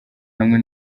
hamwe